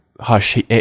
hush